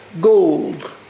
gold